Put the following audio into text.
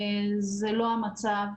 זה לא המצב.